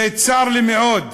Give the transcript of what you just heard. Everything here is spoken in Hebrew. צר לי מאוד,